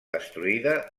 destruïda